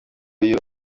iyo